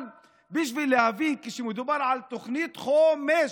אבל בשביל להבין, מדובר על תוכנית חומש,